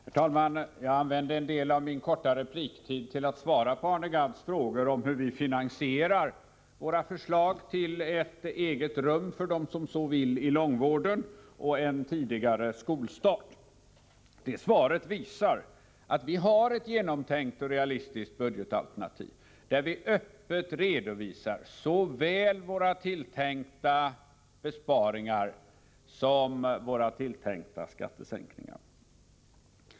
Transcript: Herr talman! Jag använde en del av min korta repliktid till att svara på Arne Gadds frågor om hur vi skall finansiera våra förslag till ett eget rum i långvården för dem som så önskar och en tidigare skolstart. Det svaret visar att vi har ett genomtänkt och realistiskt budgetalternativ, där vi öppet redovisar såväl våra tilltänkta besparingar som våra tilltänkta skattesänkningar.